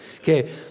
Okay